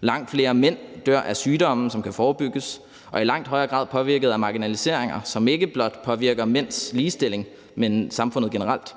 Langt flere mænd dør af sygdomme, som kan forebygges, og er i langt højere grad påvirket af marginaliseringer, som ikke blot påvirker mænds ligestilling, men samfundet generelt,